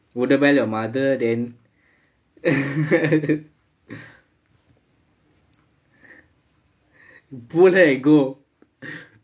your mother then pull her and go